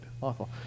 Awful